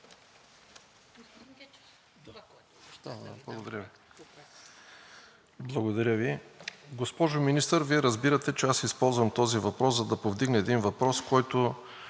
Благодаря Ви. Госпожо Министър, Вие разбирате, че аз използвам този въпрос, за да повдигна един въпрос, който